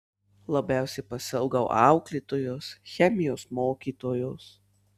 labiausiai pasiilgau auklėtojos chemijos mokytojos